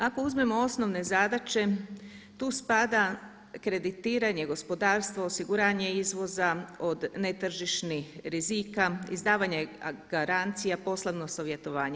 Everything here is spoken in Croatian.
Ako uzmemo osnovne zadaće tu spada kreditiranje gospodarstva, osiguranje izvoza od netržišnih rizika, izdavanje garancija poslovno savjetovanje.